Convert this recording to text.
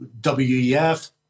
WEF